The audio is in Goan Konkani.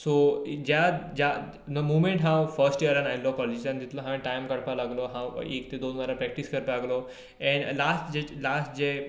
ज्या ज्या द मुवमेंट हांव फस्ट इयरान आयिल्लो कॉलेजींतल्यान तितलो हांव टायम काडपा लागलो हांव एक ते दोन वरां प्रेक्टीस करपा लागलो एन लास्ट लास्ट जे